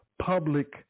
public